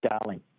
Darling